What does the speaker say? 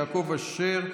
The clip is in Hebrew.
יעקב אשר,